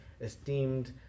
esteemed